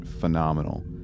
phenomenal